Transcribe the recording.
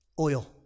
oil